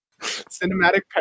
cinematic